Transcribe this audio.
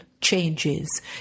changes